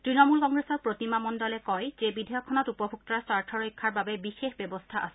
তৃণমূল কংগ্ৰেছৰ প্ৰতিমা মণ্ডলে কয় যে বিধেয়কখনত উপভোক্তাৰ স্বাৰ্থ ৰক্ষাৰ বাবে বিশেষ ব্যৱস্থা আছে